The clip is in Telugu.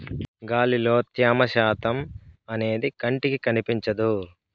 గాలిలో త్యమ శాతం అనేది కంటికి కనిపించదు